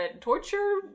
torture